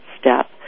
step